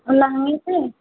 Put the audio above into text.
लममि से